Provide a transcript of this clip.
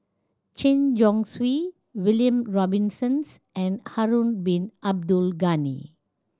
Chen Chong Swee William Robinson's and Harun Bin Abdul Ghani